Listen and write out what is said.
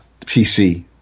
pc